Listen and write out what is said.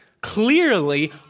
clearly